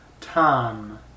Tom